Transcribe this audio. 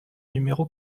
numéro